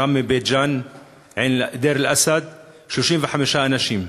ראמה, בית-ג'ן ודיר-אל-אסד, 35 אנשים,